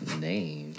name